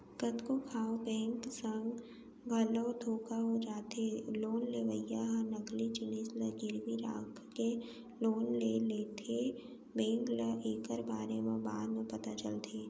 कतको घांव बेंक संग घलो धोखा हो जाथे लोन लेवइया ह नकली जिनिस ल गिरवी राखके लोन ले लेथेए बेंक ल एकर बारे म बाद म पता चलथे